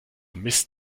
mist